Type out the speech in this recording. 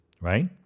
right